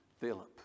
Philip